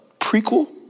prequel